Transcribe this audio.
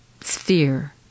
sphere